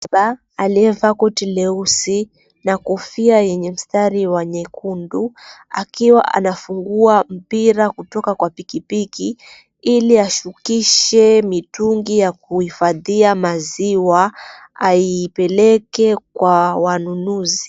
...Aliyevaa koti leusi na kofia yenye mstari wa nyekundu akiwa anafungua mpira kutoka kwa pikipiki ili ashukishe mitungi ya kuhifadhia maziwa aipeleke kwa wanunuzi.